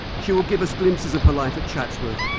she will give us glimpses of her life at chatsworth,